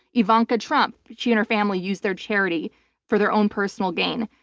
ivanka trump, she and her family used their charity for their own personal gain.